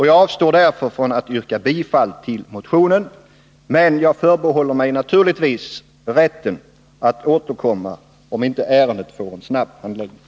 Jag avstår därför från att yrka bifall till motionen. Men jag förbehåller mig naturligtvis rätten att återkomma, om inte ärendet får en snabb handläggning.